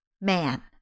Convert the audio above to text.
man